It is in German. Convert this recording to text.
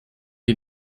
die